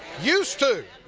used to.